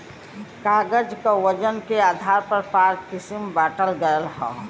कागज क वजन के आधार पर पाँच किसम बांटल गयल हौ